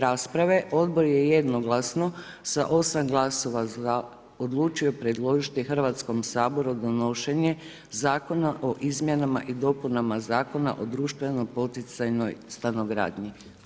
rasprave Odbor je jednoglasno sa 8 glasova za odlučio predložiti Hrvatskom saboru donošenje Zakona u izmjenama i dopunama Zakona o društveno poticajnoj stanogradnji.